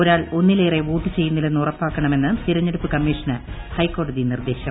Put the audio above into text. ഒരാൾ ഒ്ന്നിലേറെ വോട്ട് ചെയ്യുന്നില്ലെന്ന് ഉറപ്പാക്കണമെന്ന് തിര്ഞ്ഞെടുപ്പ് കമ്മീഷന് ഹൈക്കോടതി നിർദ്ദേശം